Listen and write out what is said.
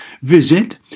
Visit